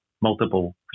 Multiple